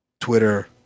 Twitter